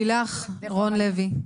לילך רון לוי,